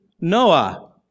Noah